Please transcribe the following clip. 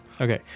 Okay